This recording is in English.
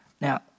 Now